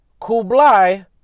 Kublai